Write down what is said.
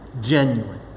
Genuine